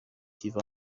kiza